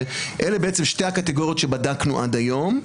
שאלה שתי הקטגוריות שבדקנו עד היום,